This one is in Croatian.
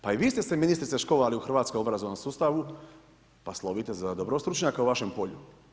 Pa i vi ste se ministrice školovali u hrvatskom obrazovnom sustavu, pa slovite za dobrog stručnjaka u vašem polju.